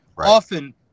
Often